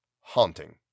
haunting